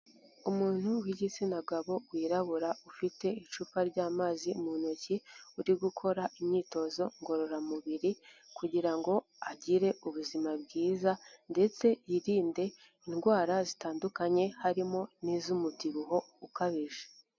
umuntu w'igitsina gabo wirabura ufite icupa ry'amazi mu ntoki uri gukora imyitozo ngororamubiri kugira ngo agire ubuzima bwiza ndetse yirinde indwara zitandukanye harimo n'iz'umubyibuho ukabije.